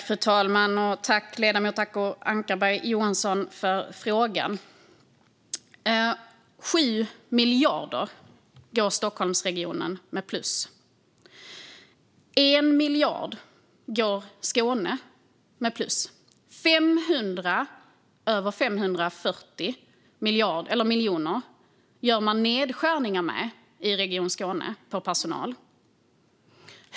Fru talman! Tack, ledamoten Acko Ankarberg Johansson, för frågan! Stockholmsregionen går med ett plus på 7 miljarder, och Skåne går med ett plus på 1 miljard. I Region Skåne gör man nedskärningar bland personalen på över 540 miljoner.